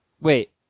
Wait